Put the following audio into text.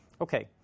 Okay